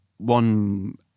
one